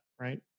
right